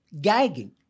gagging